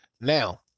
Now